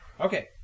Okay